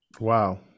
Wow